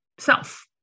Self